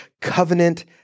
covenant